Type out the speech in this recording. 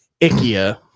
IKEA